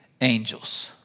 angels